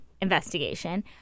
investigation